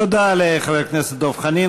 תודה לחבר הכנסת דב חנין.